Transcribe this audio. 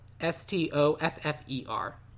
S-T-O-F-F-E-R